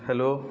hello